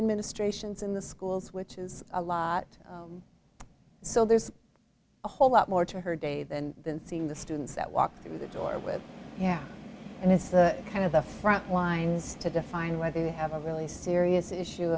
and ministrations in the schools which is a lot so there's a whole lot more to her day than than seeing the students that walk through the door with yeah and it's the kind of the front lines to define whether you have a really serious issue